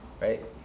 right